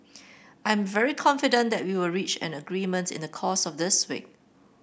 I'm very confident that we will reach an agreement in the course of this week